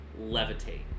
levitate